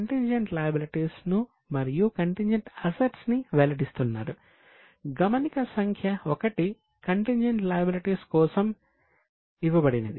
కావున మొదట నుంచి అన్ని లయబిలిటీస్ కోసం ఇవ్వబడినది